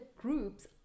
groups